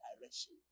direction